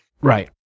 Right